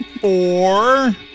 four